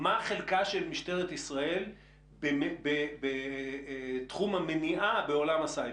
מה חלקה של משטרת ישראל בתחום המניעה בעולם הסייבר.